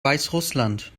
weißrussland